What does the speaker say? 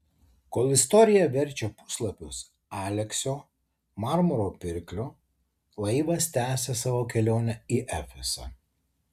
kol istorija verčia puslapius aleksio marmuro pirklio laivas tęsia savo kelionę į efesą